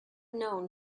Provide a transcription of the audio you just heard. known